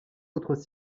autres